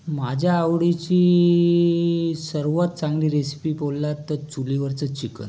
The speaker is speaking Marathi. माझ्या आवडीची सर्वात चांगली रेसिपी बोललात तर चुलीवरचं चिकन